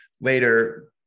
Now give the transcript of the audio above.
later